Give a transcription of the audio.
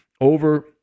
Over